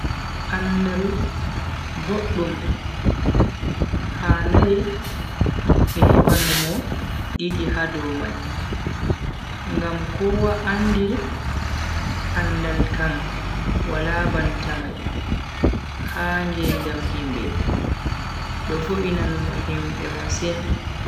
Andaal boddum handai be heba numo didi dow mai. ngam kowa andi andal kam wala banta mai ha ngedam himbe do voina numo himbe masin.